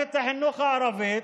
במערכת החינוך הערבית,